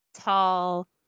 tall